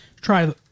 Try